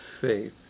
faith